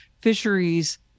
fisheries